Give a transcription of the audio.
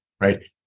right